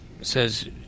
says